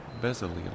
Bezaleel